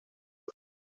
und